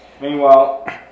Meanwhile